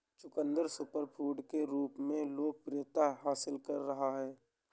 चुकंदर सुपरफूड के रूप में लोकप्रियता हासिल कर रहा है